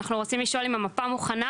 אנחנו רוצים לשאול האם המפה מוכנה?